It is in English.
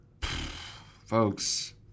Folks